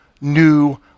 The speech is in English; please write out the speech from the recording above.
new